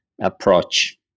approach